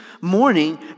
morning